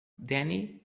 danny